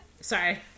Sorry